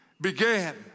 began